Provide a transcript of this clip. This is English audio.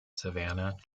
savannah